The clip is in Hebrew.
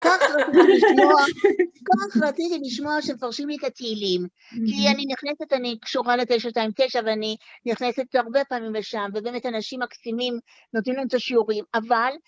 כך רציתי לשמוע, כך רציתי לשמוע שמפרשים לי את התהילים. כי אני נכנסת, אני קשורה ל-929, ואני נכנסת הרבה פעמים לשם, ובאמת אנשים מקסימים נותנים לנו את השיעורים, אבל...